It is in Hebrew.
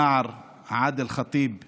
הנער עאדל ח'טיב משפרעם,